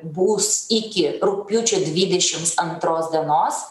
bus iki rugpjūčio dvidešims antros dienos